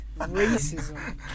racism